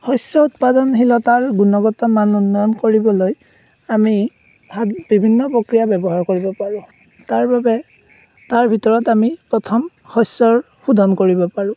শস্য আমি উৎপাদনশীলতাৰ গুণাগত মানদণ্ড উন্নত কৰিবলৈ আমি ভাব বিভিন্ন প্ৰক্ৰিয়া ব্যৱহাৰ কৰিব পাৰোঁ তাৰ বাবে তাৰ ভিতৰত আমি প্ৰথম শস্যৰ শোধন কৰিব পাৰোঁ